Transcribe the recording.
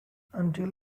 until